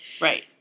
right